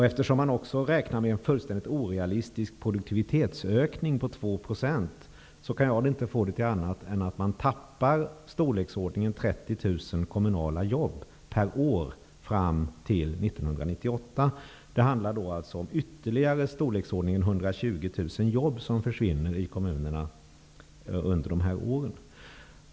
Eftersom man också räknar med en fullständigt orealistisk produktivitetsökning på 2 % kan jag inte få det till annat än att man tappar kommunala jobb i storleksordningen 30 000 per år fram till 1998. Det handlar alltså om att ytterligare ungefär 120 000 jobb försvinner i kommunerna under de här åren.